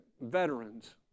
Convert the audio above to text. veterans